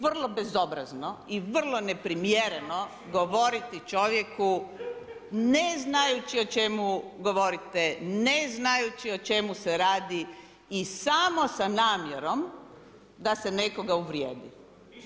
Vrlo bezobrazno i vrlo neprimjereno govoriti čovjeku ne znajući o čemu govorite, ne znajući o čemu se radi i samo sa namjerom da se nekoga uvrijedi.